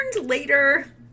later